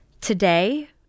Today